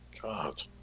god